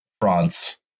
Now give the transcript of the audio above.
France